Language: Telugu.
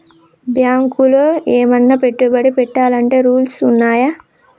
బ్యాంకులో ఏమన్నా పెట్టుబడి పెట్టాలంటే రూల్స్ ఉన్నయా?